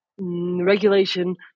regulation